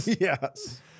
Yes